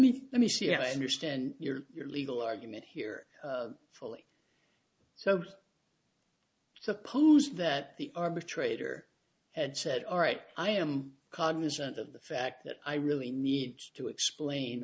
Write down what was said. me let me see i understand your your legal argument here fully so suppose that the arbitrator had said all right i am cognizant of the fact that i really need to explain